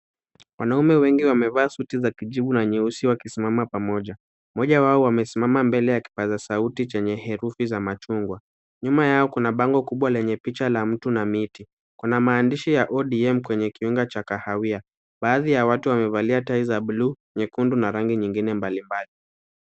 Wanaume wengi wamevaa suti za kijivu na nyeusi wakisimama pamoja .Mmoja wao amesimama mbele ya kipaza sauti chenye herufi za machungwa. Nyuma yao kuna bango kubwa lenye picha la mtu na miti. Kuna maandishi ya ODM kwenye kiunga cha kahawia. Baadhi ya watu wamevalia tai za buluu, nyekundu na rangi nyingine mbalimbali.